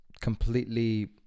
completely